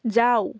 যাও